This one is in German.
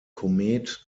komet